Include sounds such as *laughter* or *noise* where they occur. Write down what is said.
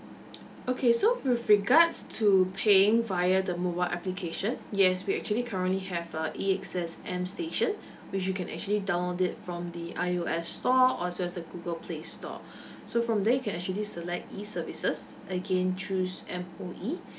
okay so with regards to paying via the mobile application yes we actually currently have a A_X_S m station which you can actually download it from the I_O_S store or as well as the google play store *breath* so from there you can actually select e services again choose M_O_E